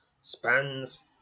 spans